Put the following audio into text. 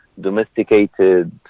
domesticated